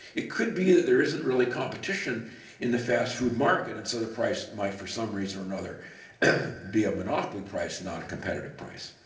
it could be that there isn't really competition in the past food market and so the price might for some reason or and other be a monopoly price and not a competitive price.